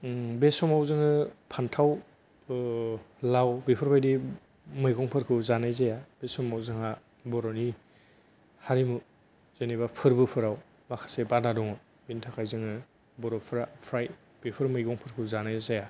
बे समाव जोङो फान्थाव ओ लाव बेफोरबायदि मैगंफोरखौ जानाय जाया बे समाव जोंहा बर'नि हारिमु जेन'बा फोरबोफोराव माखासे बादा दङ बेनि थाखाय जोङो बर'फोरा फ्राय बेफोर मैगंफोरखौ जानाय जाया